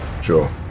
Sure